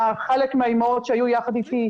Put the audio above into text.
חלק מהאימהות שהיו יחד איתי,